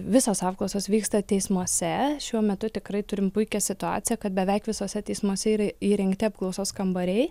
visos apklausos vyksta teismuose šiuo metu tikrai turim puikią situaciją kad beveik visuose teismuose yra įrengti apklausos kambariai